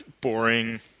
boring